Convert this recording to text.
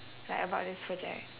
like about this project